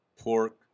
pork